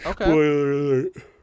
Okay